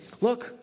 Look